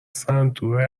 سنتور